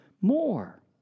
more